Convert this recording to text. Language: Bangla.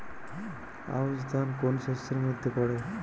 আউশ ধান কোন শস্যের মধ্যে পড়ে?